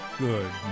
Good